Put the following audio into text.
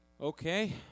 Okay